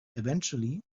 eventually